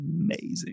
amazing